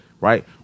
right